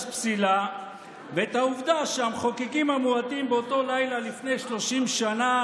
פסילה ואת העובדה שהמחוקקים המועטים באותו לילה לפני 30 שנה